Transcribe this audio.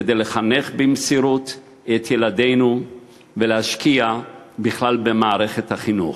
כדי לחנך במסירות את ילדינו ולהשקיע בכלל במערכת החינוך.